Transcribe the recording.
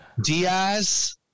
Diaz